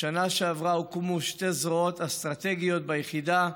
בשנה שעברה הוקמו שתי זרועות אסטרטגיות ביחידה: